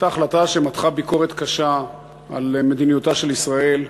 הייתה החלטה שמתחה ביקורת קשה על מדיניותה של ישראל,